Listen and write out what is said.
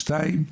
שתיים,